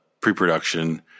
pre-production